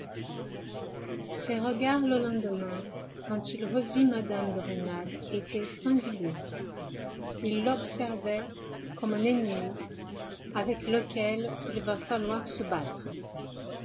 ses regards le lendemain quand il revit mme de rênal étaient singuliers il l'observait comme un ennemi avec lequel il va falloir se battre